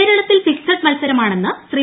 കേരളത്തിൽ ഫിക്സഡ് മത്സരമാണെന്ന് ശ്രീ